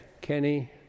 Kenny